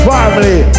Family